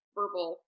verbal